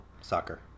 Soccer